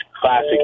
classic